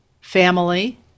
family